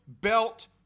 belt